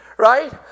Right